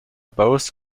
both